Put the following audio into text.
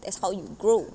that's how you grow